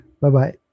Bye-bye